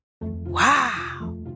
Wow